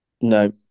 No